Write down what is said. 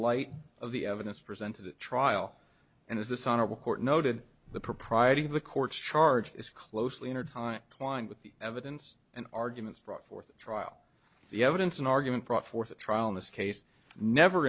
light of the evidence presented at trial and as this honorable court noted the propriety of the court's charge is closely in a time klein with the evidence and arguments brought forth trial the evidence and argument brought forth a trial in this case never